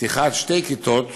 פתיחת שתי כיתות